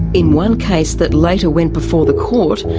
in one case that later went before the court,